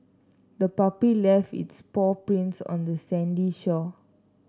the puppy left its paw prints on the sandy shore